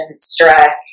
stress